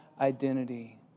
identity